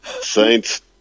Saints